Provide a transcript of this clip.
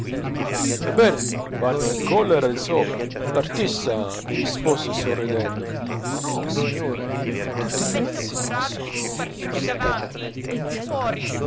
ebbene vanno in collera di sopra l'artista mi rispose sorridendo ma no signore tutti i frizzi sono gustati